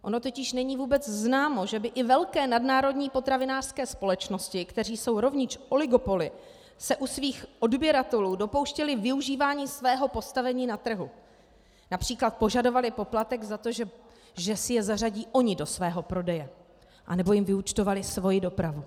Ono totiž není vůbec známo, že by i velké nadnárodní potravinářské společnosti, které jsou rovněž oligopoly, se u svých odběratelů dopouštěly využívání svého postavení na trhu, například požadovaly poplatek za to, že si je zařadí oni do svého prodeje, anebo jim vyúčtovali svoji dopravu.